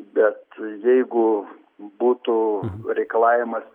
bet jeigu būtų reikalavimas